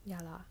ya lah